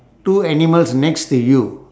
two animals next to you